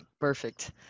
Perfect